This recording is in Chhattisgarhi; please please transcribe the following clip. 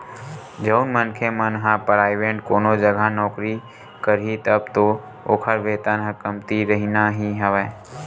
जउन मनखे मन ह पराइवेंट कोनो जघा नौकरी करही तब तो ओखर वेतन ह कमती रहिना ही हवय